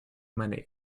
many